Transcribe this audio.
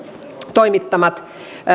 toimittamat